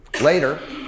later